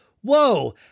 whoa